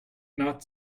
not